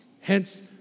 Hence